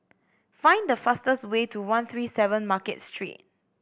find the fastest way to one three seven Market Street